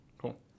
Cool